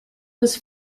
was